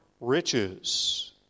riches